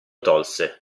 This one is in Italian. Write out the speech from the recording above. tolse